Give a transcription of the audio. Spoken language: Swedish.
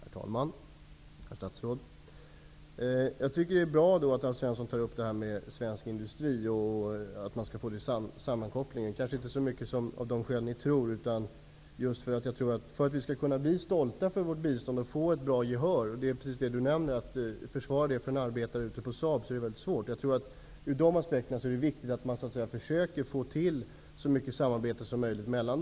Herr talman! Herr statsråd! Jag tycker att det är bra att Alf Svensson tar upp sammankopplingen med svensk industri, men kanske inte så mycket av de skäl ni tror. För att vi skall kunna bli stolta för vårt bistånd och få gehör för det är det viktigt att försöka få till så mycket samarbete som möjligt mellan industrierna. Precis som Alf Svensson nämnde är det svårt att försvara biståndet för t.ex. en arbetare ute på Saab.